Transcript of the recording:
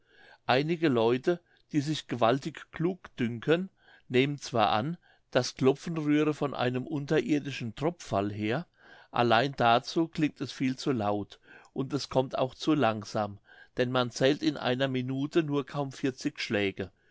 einige leute die sich gewaltig klug dünken nehmen zwar an das klopfen rühre von einem unterirdischen tropffall her allein dazu klingt es viel zu laut und es kommt auch zu langsam denn man zählt in einer minute nur kaum vierzig schläge